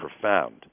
profound